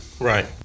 Right